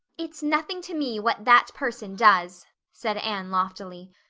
it's nothing to me what that person does, said anne loftily.